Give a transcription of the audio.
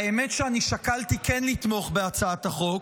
האמת היא שאני שקלתי כן לתמוך בהצעת החוק,